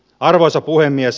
arvoisa puhemies